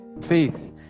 Faith